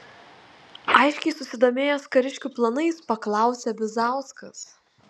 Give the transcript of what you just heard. aiškiai susidomėjęs kariškių planais paklausė bizauskas